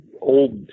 old